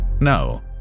No